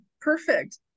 Perfect